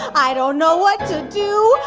i don't know what to do!